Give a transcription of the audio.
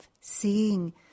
seeing